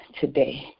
today